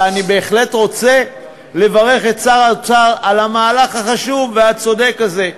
ואני בהחלט רוצה לברך את שר האוצר על המהלך החשוב והצודק הזה,